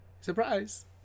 Surprise